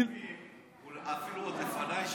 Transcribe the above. סיפור הסיבים הוא אפילו עוד לפניי,